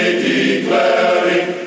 declaring